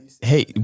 Hey